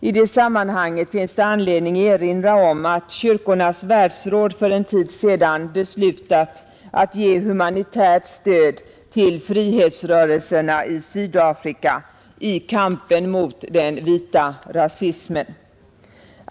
I det sammanhanget finns det anledning erinra om att kyrkornas världsråd för en tid sedan beslutat ge humanitärt stöd till frihetsrörelserna i Sydafrika i kampen mot den vita rasismen.